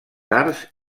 arts